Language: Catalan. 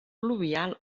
pluvial